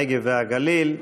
הנגב והגליל,